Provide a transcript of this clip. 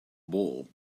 bull